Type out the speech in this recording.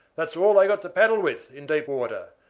that's all they've got to paddle with in deep water,